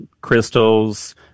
crystals